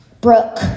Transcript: Brooke